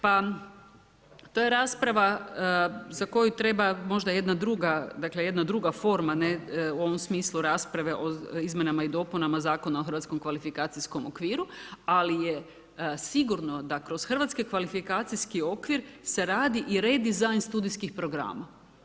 Pa, to jer rasprava za koju treba, možda jedna druga, dakle, jedna druga forma u ovom smislu rasprave o izmjenama i dopuna Zakona o Hrvatskom kvalifikacijskom okviru, ali je sigurno da kroz Hrvatski kvalifikacijski okvir, se radi i redizajn studijskih programa.